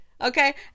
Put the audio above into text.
Okay